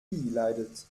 leidet